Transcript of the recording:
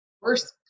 worse